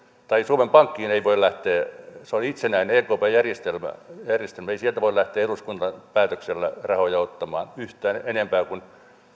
tai suomen pankista ei voi se on itsenäinen ekp järjestelmää lähteä eduskunnan päätöksellä rahoja ottamaan yhtään enempää kuin